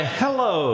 hello